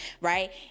right